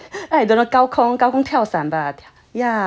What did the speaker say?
I don't know 高空高空跳伞吧 yeah